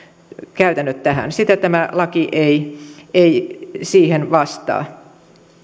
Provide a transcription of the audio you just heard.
käytännöt tähän siihen tämä laki ei ei vastaa